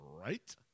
right